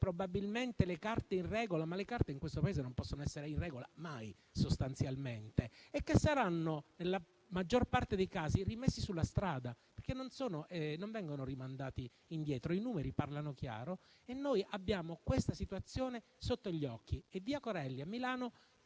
probabilmente le carte in regola (ma le carte in questo Paese non possono essere in regola mai sostanzialmente), saranno nella maggior parte dei casi rimessi sulla strada, perché non vengono rimandati indietro. I numeri parlano chiaro e noi abbiamo questa situazione sotto gli occhi